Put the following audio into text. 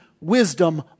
wisdom